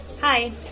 Hi